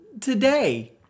today